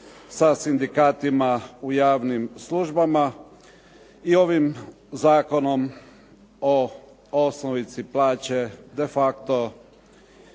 sa sindikatima u javnim službama i ovim Zakonom o osnovici plaće de facto